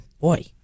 boy